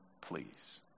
please